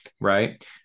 Right